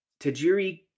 Tajiri